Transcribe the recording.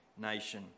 nation